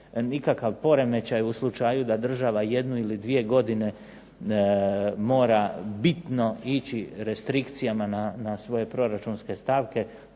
nikakav poremećaj u slučaju da država jednu ili dvije godine mora bitno ići restrikcijama na svoje proračunske stavke.